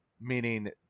Meaning